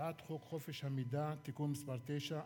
הצעת חוק חופש המידע (תיקון מס' 9),